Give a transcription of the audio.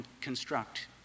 construct